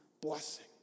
blessing